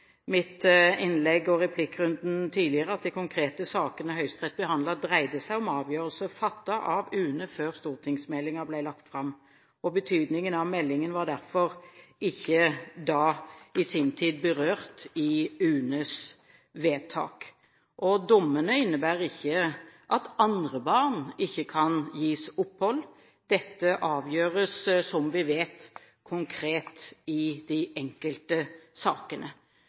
mitt innlegg og i replikkrunden tidligere – at de konkrete sakene Høyesterett behandlet, dreide seg om avgjørelser fattet av UNE før stortingsmeldingen ble lagt fram. Betydningen av meldingen var derfor ikke da, i sin tid, berørt i UNEs vedtak. Dommene innebærer ikke at andre barn ikke kan gis opphold. Dette avgjøres, som vi vet, konkret i de enkelte sakene.